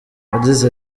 yagize